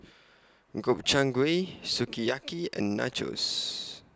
Gobchang Gui Sukiyaki and Nachos